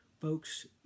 folks